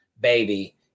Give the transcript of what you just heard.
baby